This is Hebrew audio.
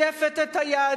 את הציונות, מזייפת את היהדות,